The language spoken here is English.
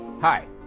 Hi